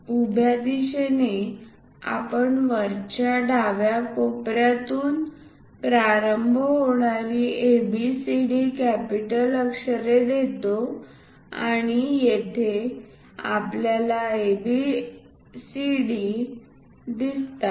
उभ्या दिशेने आपण वरच्या डाव्या कोपर्यातून प्रारंभ होणारी A B C D capital अक्षरे देतो आणि येथे आपल्याला A B C आणि D दिसतात